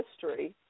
history